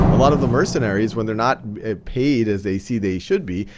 a lot of the mercenaries, when they're not paid as they see they should be,